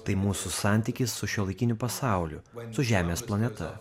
tai mūsų santykis su šiuolaikiniu pasauliu su žemės planeta